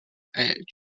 edge